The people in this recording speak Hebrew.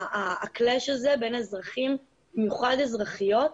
המפגש הזה בין האזרחים, במיוחד האזרחיות,